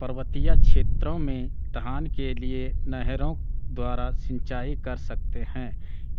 पर्वतीय क्षेत्रों में धान के लिए नहरों द्वारा सिंचाई कर सकते हैं